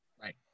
Right